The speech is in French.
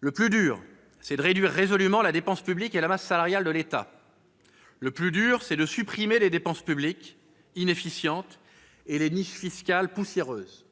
Le plus dur, c'est de réduire résolument la dépense publique et la masse salariale de l'État. Le plus dur, c'est de supprimer les dépenses publiques inefficientes et les niches fiscales poussiéreuses.